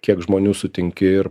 kiek žmonių sutinki ir